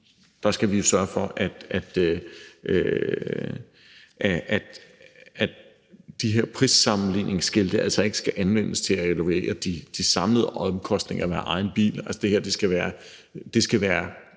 vi jo også sørge for, at de her prissammenligningsskilte altså ikke skal anvendes til at evaluere de samlede omkostninger ved at have egen bil. Altså, det her skal være